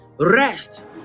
Rest